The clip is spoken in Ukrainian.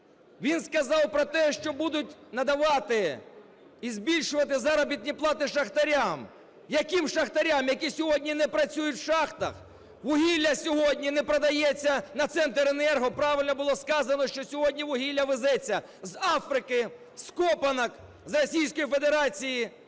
Він сказав про те, що будуть надавати і збільшувати заробітні плати шахтарям. Яким шахтарям, які сьогодні не працюють в шахтах? Вугілля сьогодні не продається на "Центренерго". Правильно було сказано, що сьогодні вугілля везеться з Африки, з копанок, з